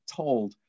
told